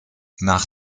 nach